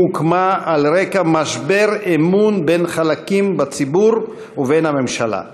הוקמה על רקע משבר אמון בין חלקים בציבור ובין הממשלה מתוך,